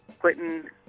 Clinton